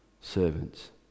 servants